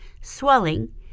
swelling